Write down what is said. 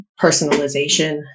personalization